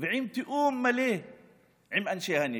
ובלי תיאום מלא עם אנשי הנגב?